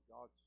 God